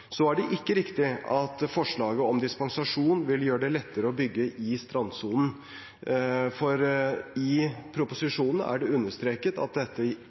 er ikke riktig at forslaget om dispensasjon vil gjøre det lettere å bygge i strandsonen, for i proposisjonen er det understreket at dette